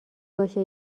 باشه